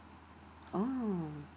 ah